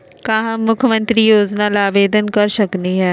का हम मुख्यमंत्री योजना ला आवेदन कर सकली हई?